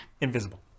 Invisible